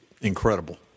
incredible